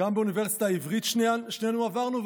גם באוניברסיטה העברית שנינו עברנו,